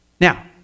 Now